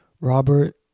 Robert